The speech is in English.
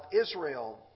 Israel